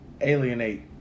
alienate